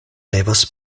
devas